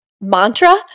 mantra